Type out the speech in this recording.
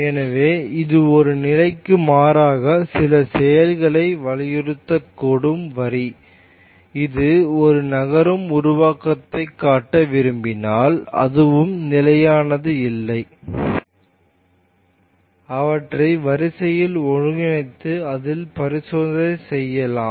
எனவே இது ஒரு நிலைக்கு மாறாக சில செயல்களை வலியுறுத்தக்கூடும் வரி இது ஒரு நகரும் உருவத்தைக் காட்ட விரும்பினால் அதுவும் நிலையானது இல்லை மற்றும் இதனால் நாம் பல உருவாக்கங்களை உருவாக்கலாம் அவற்றை வரிசையில் ஒன்றிணைத்து அதில் பரிசோதனை செய்யலாம்